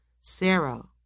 Sarah